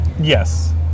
Yes